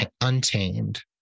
Untamed